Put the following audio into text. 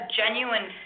genuine